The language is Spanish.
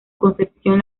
concepción